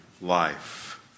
life